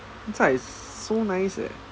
that's so nice leh